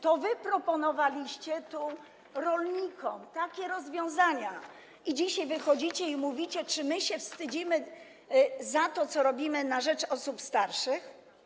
To wy proponowaliście rolnikom takie rozwiązania, a dzisiaj wychodzicie i pytacie, czy my się nie wstydzimy za to, co robimy na rzecz osób starszych.